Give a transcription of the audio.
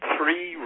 Three